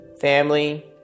family